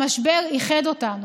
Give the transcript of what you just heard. המשבר איחד אותנו.